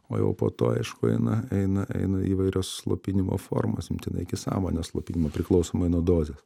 o jau po to aišku eina eina eina įvairios slopinimo formos imtinai iki sąmonės slopinimo priklausomai nuo dozės